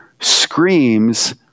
screams